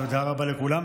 תודה רבה לכולם.